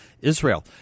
israel